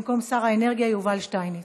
במקום שר האנרגיה יובל שטייניץ,